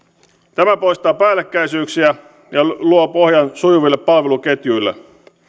tämä poistaa päällekkäisyyksiä ja luo pohjan sujuville palveluketjuille